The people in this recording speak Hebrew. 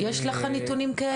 יש לך נתונים כאלה?